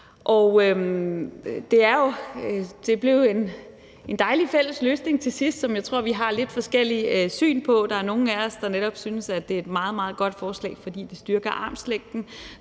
til sidst en dejlig fælles løsning, som jeg tror vi har lidt forskellige syn på. Der er nogle af os, der netop synes, at det er et meget, meget godt forslag, fordi det styrker